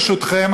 ברשותכם,